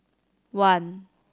one